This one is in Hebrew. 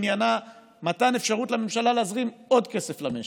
עניינה מתן אפשרות לממשלה להזרים עוד כסף למשק,